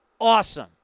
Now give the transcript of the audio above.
awesome